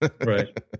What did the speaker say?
Right